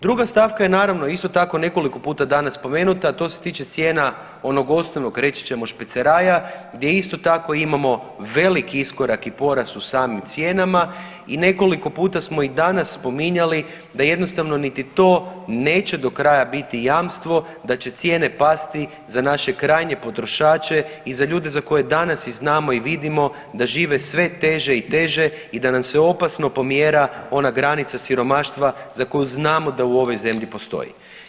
Druga stavka je naravno isto tako nekoliko puta danas spomenuta, a to se tiče cijena onog osnovnog reći ćemo špeceraja gdje isto tako imamo veliki iskorak i porast u samim cijenama i nekoliko puta smo i danas spominjali da jednostavno niti to neće do kraja biti jamstvo, da će cijene pasti za naše krajnje potrošače i za ljude za koje danas i znamo i vidimo da žive sve teže i teže i da nam se opasno pomjera ona granica siromaštva za koju znamo da u ovoj zemlji postoji.